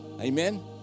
Amen